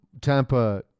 Tampa